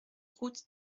route